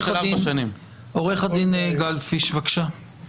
עו"ד גלבפיש, בבבקשה.